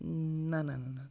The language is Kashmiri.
نہ نہ نہ نہ